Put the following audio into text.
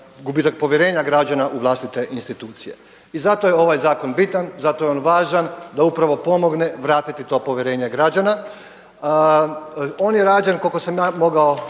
gubitak povjerenja građana u vlastite institucije. I zato je ovaj zakon bitan, zato je on važan da upravo pomogne vratiti to povjerenje građana. On je rađen koliko sam ja mogao